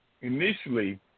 initially